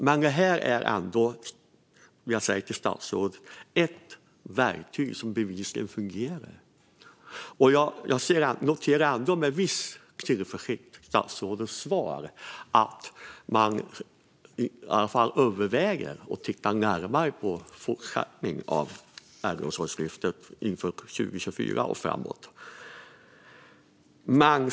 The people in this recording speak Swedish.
Men detta är ändå, vill jag säga till statsrådet, ett verktyg som bevisligen fungerar. Jag noterar ändå med viss tillförsikt att statsrådet i sitt svar säger att man i alla fall överväger att titta närmare på en fortsättning av Äldreomsorgslyftet inför 2024 och framåt.